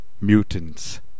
mutants